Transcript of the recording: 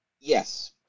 Yes